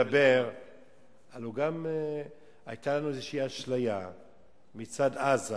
הלוא גם היתה לנו איזושהי אשליה מצד עזה,